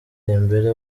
dembele